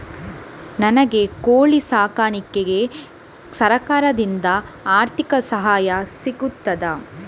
ನನಗೆ ಕೋಳಿ ಸಾಕಾಣಿಕೆಗೆ ಸರಕಾರದಿಂದ ಆರ್ಥಿಕ ಸಹಾಯ ಸಿಗುತ್ತದಾ?